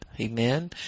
Amen